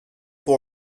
pour